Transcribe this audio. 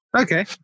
Okay